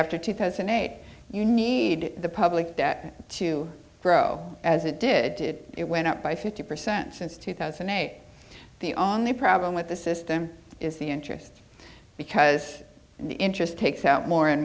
after two thousand and eight you need the public debt to grow as it did it went up by fifty percent since two thousand and eight the only problem with the system is the interest because the interest takes out more and